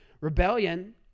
rebellion